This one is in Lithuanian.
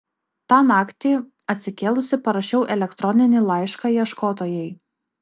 tą naktį atsikėlusi parašiau elektroninį laišką ieškotojai